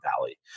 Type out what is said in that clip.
Valley